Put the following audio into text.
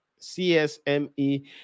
CSME